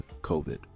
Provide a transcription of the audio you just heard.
COVID